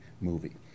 movie